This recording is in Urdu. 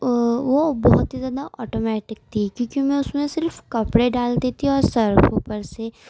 وہ بہت ہی زیادہ آٹومیٹک تھی کیوں کہ میں اس میں صرف کپڑے ڈالتی تھی اور سرف اوپر سے